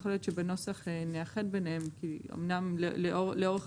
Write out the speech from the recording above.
יכול להיות שבנוסח נאחד ביניהם כי אומנם לאורך